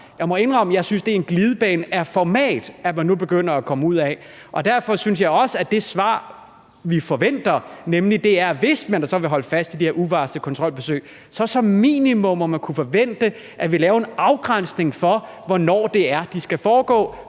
jeg synes, det er en glidebane af format, man nu begynder at komme ud ad. Derfor synes jeg også, at vi, hvis man så vil holde fast i de her uvarslede kontrolbesøg, som minimum må kunne forvente et svar på, om der laves en afgrænsning for, hvornår det er, de skal foregå.